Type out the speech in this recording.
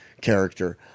character